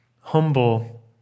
humble